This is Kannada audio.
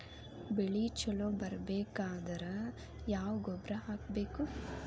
ಬೆಳಿ ಛಲೋ ಬರಬೇಕಾದರ ಯಾವ ಗೊಬ್ಬರ ಹಾಕಬೇಕು?